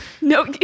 No